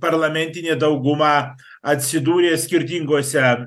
parlamentinė dauguma atsidūrė skirtinguose